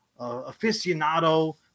aficionado